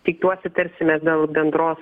tikiuosi tarsimės dėl bendros